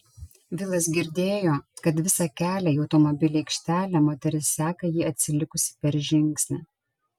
vilas girdėjo kad visą kelią į automobilių aikštelę moteris seka jį atsilikusi per žingsnį